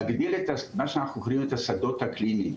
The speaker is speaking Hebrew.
להגדיל את הסביבה שאנחנו קוראים אותה השדות הקליניים.